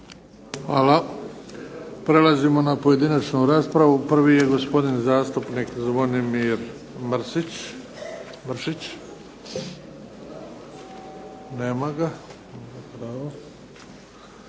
Hvala. Prelazimo na pojedinačnu raspravu. Prvi je gospodin zastupnik Zvonimir Mršić. Nema ga.